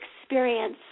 experience